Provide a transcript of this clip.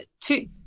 two